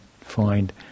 find